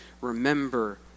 remember